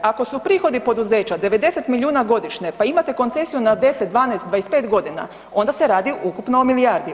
Ako su prihodi poduzeća 90 milijuna godišnje, pa imate koncesiju na 10, 12, 25 godina, onda se radi o ukupno milijardi.